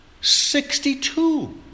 sixty-two